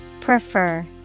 Prefer